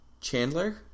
Chandler